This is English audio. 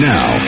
Now